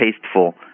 tasteful